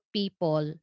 people